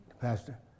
pastor